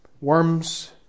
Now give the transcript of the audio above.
Worms